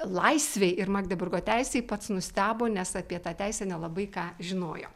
laisvei ir magdeburgo teisei pats nustebo nes apie tą teisę nelabai ką žinojo